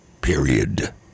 period